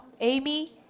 Amy